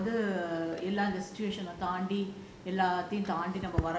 எல்லா அதை அப்டியே நம்ம வந்து எல்லா தாண்டி:ella athai apdiyae namma vanthu ella thaandi